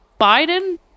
Biden